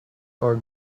are